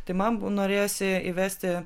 tai man norėjosi įvesti